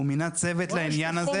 הוא מינה צוות לעניין הזה.